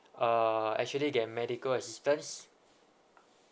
uh actually get medical assistance